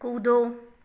कूदो